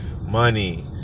money